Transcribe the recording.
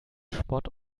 spott